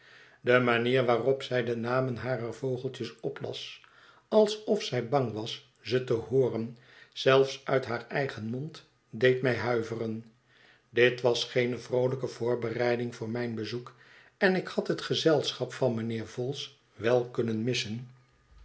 de manier waarop zij de namen harer vogeltjes oplas alsof zij bang was ze te hooren zelfs uit haar eigen mond deed mij huiveren dit was geene vroolijke voorbereiding voor mijn bezoek en ik had het gezelschap van mijnheer vholes wel kunnen missen